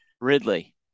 Ridley